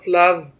love